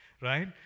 right